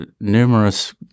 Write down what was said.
numerous